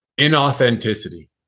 inauthenticity